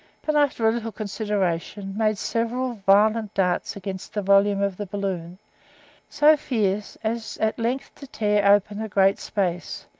but after a little consideration, made several violent darts against the volume of the balloon so fierce, as at length to tear open a great space,